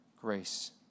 grace